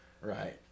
right